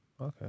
Okay